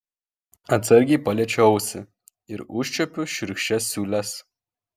atsargiai paliečiu ausį ir užčiuopiu šiurkščias siūles